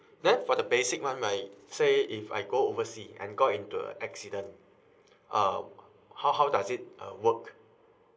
then for the basic one like say if I go overseas and got into a accident um how how does it uh work